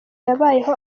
yabayeho